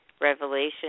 Revelation